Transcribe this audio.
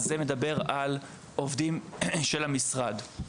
אז זה מדבר על עובדים של המשרד,